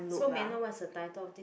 so may I know what's the title of this